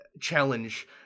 challenge